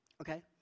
okay